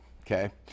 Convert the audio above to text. okay